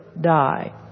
die